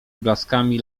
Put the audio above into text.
blaskami